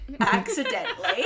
Accidentally